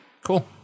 cool